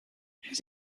his